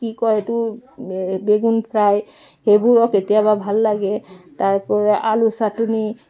কি কয় এইটো বেগুন ফ্ৰাই সেইবোৰো কেতিয়াবা ভাল লাগে তাৰপা আলু চাটনি